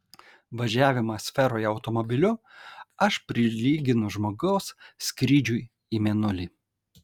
važiavimą sferoje automobiliu aš prilyginu žmogaus skrydžiui į mėnulį